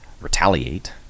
retaliate